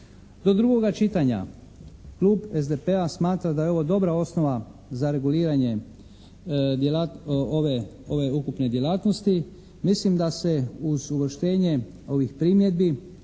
Do drugoga čitanja klub SDP-a smatra da je ovo dobra osnova za reguliranje ove ukupne djelatnosti. Mislim da se uz uvrštenje ovih primjedbi